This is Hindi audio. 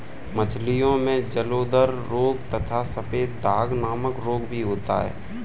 मछलियों में जलोदर रोग तथा सफेद दाग नामक रोग भी होता है